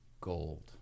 gold